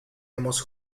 hemos